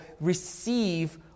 receive